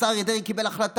כשהשר אריה דרעי קיבל החלטה,